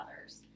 others